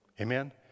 Amen